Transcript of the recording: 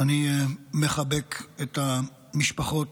אני מחבק את המשפחות,